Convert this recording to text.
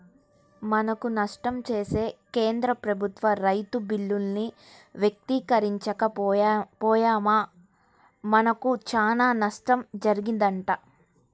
మనకు నష్టం చేసే కేంద్ర ప్రభుత్వ రైతు బిల్లుల్ని వ్యతిరేకించక పొయ్యామా మనకు చానా నష్టం జరిగిద్దంట